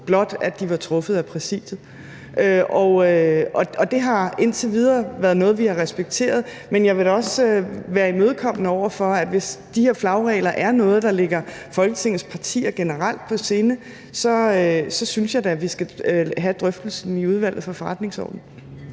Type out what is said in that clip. blot at de var truffet af Præsidiet, og det har indtil videre været noget, som vi har respekteret. Men jeg vil da også være imødekommende, og hvis de her flagregler er noget, der ligger Folketingets partier generelt på sinde, så synes jeg da, at vi skal have drøftelsen i Udvalget for Forretningsordenen.